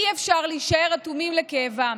אי-אפשר להישאר אטומים לכאבם.